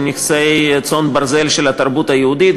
נכסי צאן ברזל של התרבות היהודית.